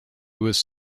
was